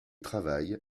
travaille